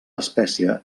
espècie